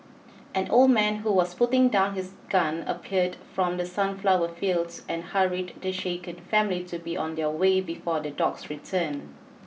an old man who was putting down his gun appeared from the sunflower fields and hurried the shaken family to be on their way before the dogs return